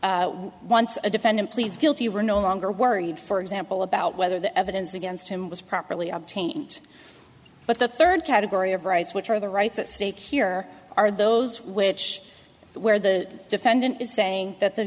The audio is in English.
because once a defendant pleads guilty you are no longer worried for example about whether the evidence against him was properly obtained but the third category of rights which are the rights at stake here are those which where the pendent is saying that the